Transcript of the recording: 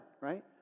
Right